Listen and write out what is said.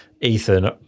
Ethan